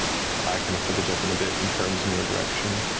eye kind of flickers open a bit and turns in your direction.